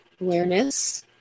awareness